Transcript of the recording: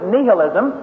Nihilism